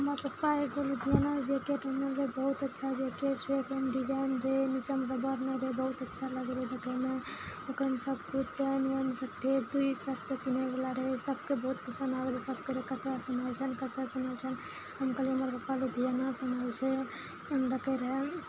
हमर पप्पा एकबेर लुधियाना जेकेट आनने रहै बहुत अच्छा जेकेट छै फेर डिजाइन रहै नीचाँ हमरा पहिरने रहै बहुत अच्छा लगै रहै देखैमे ओकर सभकिछु चैन वैन सभ ठीक रहै दुनू साइड सऽ पहिरे बला रहै सभके बहुत पसन्द आबै रहै सभके लेल कपड़ा चुनल छै कपड़ा चुनल छै हम कहलियै हमर पप्पा लेलै लुधियाना आनने छै देखै रहै